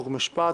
חוק ומשפט,